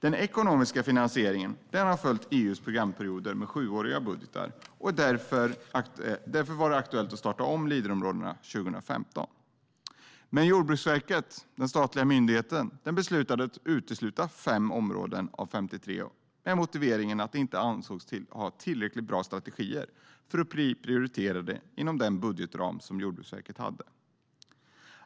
Den ekonomiska finansieringen har följt EU:s programperioder med sjuåriga budgetar. Därför var det aktuellt att starta om Leaderområdena 2015. Men Jordbruksverket, den statliga myndigheten, beslöt att utesluta fem områden av 53 med motiveringen att de inte ansågs ha tillräckligt bra strategier för att bli prioriterade inom den budgetram som Jordbruksverket hade.